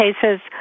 cases